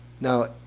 now